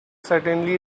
certainly